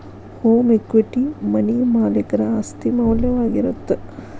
home equity money ಮಾಲೇಕರ ಆಸ್ತಿ ಮೌಲ್ಯವಾಗಿರತ್ತ